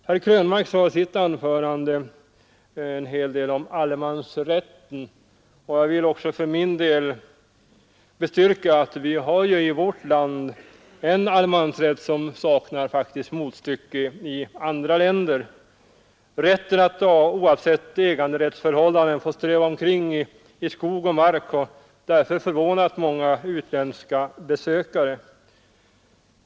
Herr Krönmark sade i sitt anförande en hel del om allemansrätten, och jag vill för min del intyga att vi i vårt land har en allemansrätt som saknar motstycke i andra länder. Vi har rätt att oavsett äganderättsförhållanden få ströva omkring i skog och mark, något som förvånat många utländska besökare.